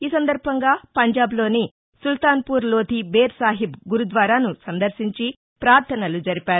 ఈ సందర్బంగా పంజాబ్లోని సుల్తాన్ ఫూర్ లోధి బేర్ సాహిబ్ గురుద్వారాను సందర్శించి ప్రార్గనలు జరిపారు